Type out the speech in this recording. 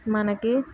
మనకి